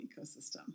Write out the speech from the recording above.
ecosystem